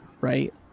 Right